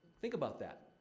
think about that.